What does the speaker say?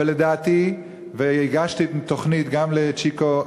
אבל לדעתי, והגשתי תוכנית גם לצ'יקו אדרי,